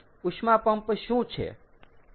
ઉષ્મા પંપ શું છે